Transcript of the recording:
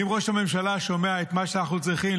ואם ראש הממשלה שומע את מה שאנחנו צריכים,